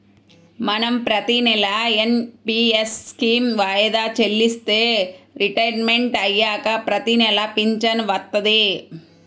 మనం ప్రతినెలా NPS scheme వాయిదా చెల్లిస్తే రిటైర్మంట్ అయ్యాక ప్రతినెలా పింఛను వత్తది